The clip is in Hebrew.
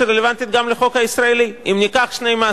שרלוונטית גם לחוק הישראלי: אם ניקח שני ישראלים,